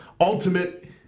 Ultimate